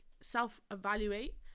self-evaluate